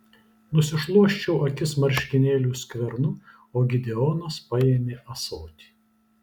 nusišluosčiau akis marškinėlių skvernu o gideonas paėmė ąsotį